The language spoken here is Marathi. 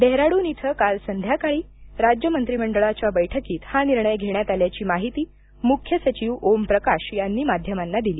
डेहराडून इथं काल संध्याकाळी राज्य मंत्रीमंडळाच्या बैठकीत हा निर्णय घेण्यात आल्याची माहिती मुख्य सचिव ओम प्रकाश यांनी माध्यमांना दिली